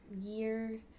year